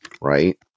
Right